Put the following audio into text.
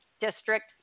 District